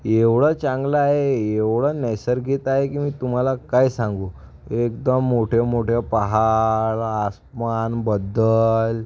एवढा चांगला आहे एवढं नैसर्गित आहे की मी तुम्हाला काय सांगू एकदम मोठेमोठे पहाड आसमानबद्दल